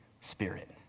Spirit